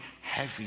heavy